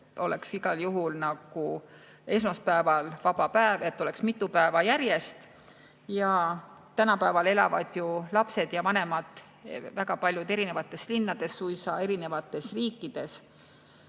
oleks igal juhul esmaspäeval vaba päev, et oleks mitu vaba päeva järjest. Tänapäeval elavad ju paljud lapsed ja vanemad erinevates linnades, suisa erinevates riikides.